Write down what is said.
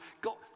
got